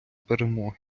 перемоги